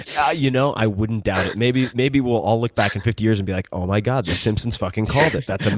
yeah you know, i wouldn't doubt it. maybe maybe we'll all look back in and fifty years and be like, oh my god, the simpsons fucking called it. that's um